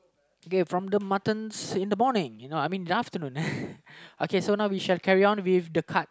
okay from the Muttons in the morning you know I mean in the afternoon okay so now we shall carry on with the card